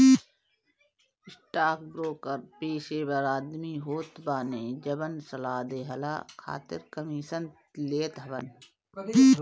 stockbroker पेशेवर आदमी होत बाने जवन सलाह देहला खातिर कमीशन लेत हवन